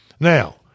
Now